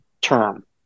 term